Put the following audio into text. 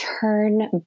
turn